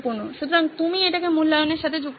সুতরাং তুমি এটিকে মূল্যায়নের সাথে যুক্ত করছো